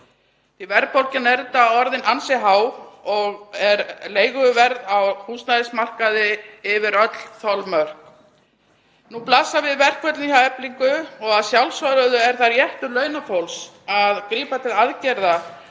Verðbólgan er auðvitað orðin ansi há og er leiguverð á húsnæðismarkaði yfir öllum þolmörkum. Nú blasa við verkföll hjá Eflingu og að sjálfsögðu er það réttur launafólks að grípa til aðgerða